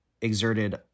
exerted